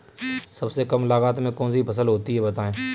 सबसे कम लागत में कौन सी फसल होती है बताएँ?